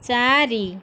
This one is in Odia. ଚାରି